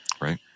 right